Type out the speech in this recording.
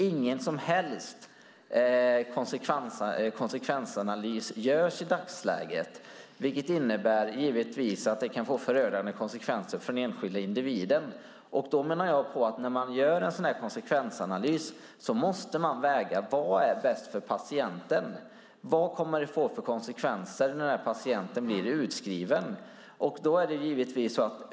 Ingen som helst konsekvensanalys görs i dagsläget. Det kan givetvis få förödande konsekvenser för den enskilda individen. Jag menar att man, när man gör en sådan här konsekvensanalys, måste väga in vad som är bäst för patienten. Vad kommer det att få för konsekvenser när patienten blir utskriven?